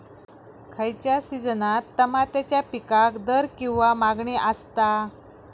खयच्या सिजनात तमात्याच्या पीकाक दर किंवा मागणी आसता?